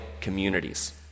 communities